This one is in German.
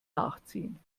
nachziehen